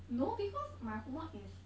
no because my homework is